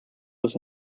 was